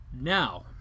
Now